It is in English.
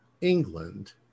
England